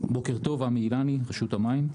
בוקר טוב, עמי אילני, רשות המים.